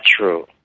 true